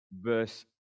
verse